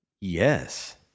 Yes